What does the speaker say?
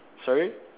sorry